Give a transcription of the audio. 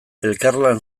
elkarlan